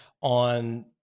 on